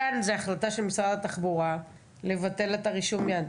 כאן זאת ההחלטה של משרד התחבורה לבטל את רישום ה"יד",